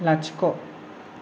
लाथिख'